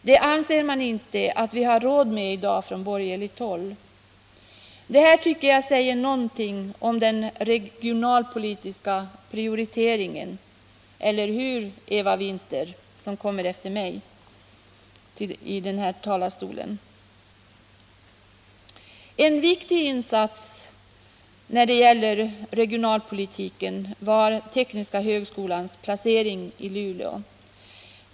Det anser man på borgerligt håll att vi inte har råd med i dag. Detta säger något om de regionalpolitiska prioriteringarna — eller hur, Eva Winther, som kommer efter mig här i talarstolen? En viktig regionalpolitisk insats var tekniska högskolans placering i Luleå.